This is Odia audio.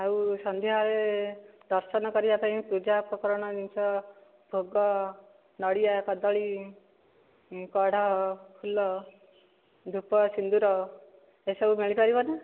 ଆଉ ସନ୍ଧ୍ୟାରେ ଦର୍ଶନ କରିବା ପାଇଁ ପୂଜା ଉପକରଣ ଜିନିଷ ଭୋଗ ନଡ଼ିଆ କଦଳୀ କଢ଼ ଫୁଲ ଧୂପ ସିନ୍ଦୂର ଏସବୁ ମିଳି ପାରିବ ନା